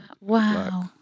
Wow